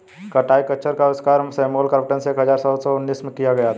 कताई खच्चर का आविष्कार सैमुअल क्रॉम्पटन ने एक हज़ार सात सौ उनासी में किया था